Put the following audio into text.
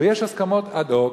ויש הסכמות אד-הוק,